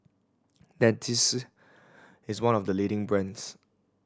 Dentiste is one of the leading brands